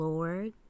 Lord